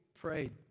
prayed